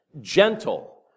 gentle